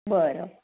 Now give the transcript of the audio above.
बरं